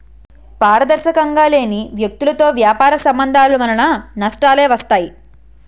పారదర్శకంగా లేని వ్యక్తులతో వ్యాపార సంబంధాల వలన నష్టాలే వస్తాయి